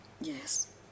Yes